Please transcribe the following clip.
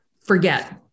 forget